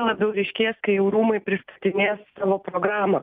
labiau ryškės kai rūmai pristatinės savo programą